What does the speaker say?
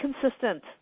consistent